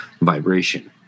vibration